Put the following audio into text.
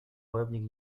wojownik